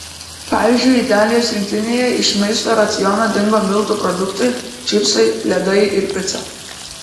pavyzdžiui italijos rinktinėje iš maisto raciono dingo miltų produktai čipsai ledai ir pica